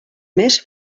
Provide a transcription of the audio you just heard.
més